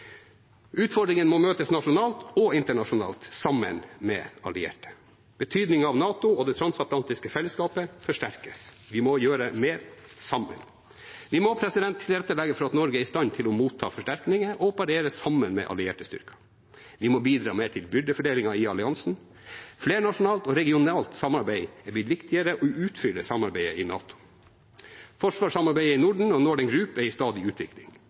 Utfordringene må møtes nasjonalt og internasjonalt, sammen med allierte. Betydningen av NATO og det transatlantiske fellesskapet forsterkes. Vi må gjøre mer sammen. Vi må tilrettelegge for at Norge er i stand til å motta forsterkninger og operere sammen med allierte styrker. Vi må bidra mer til byrdefordelingen i alliansen. Flernasjonalt og regionalt samarbeid er blitt viktigere og utfyller samarbeidet i NATO. Forsvarssamarbeidet i Norden og Northern Group er i stadig utvikling.